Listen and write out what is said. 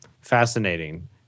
Fascinating